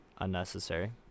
unnecessary